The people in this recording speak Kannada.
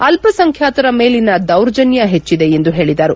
ಅಲ್ಪಸಂಖ್ಯಾತರ ಮೇಲಿನ ದೌರ್ಜನ್ಯ ಹೆಚ್ಚಿದೆ ಎಂದು ಹೇಳಿದರು